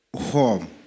home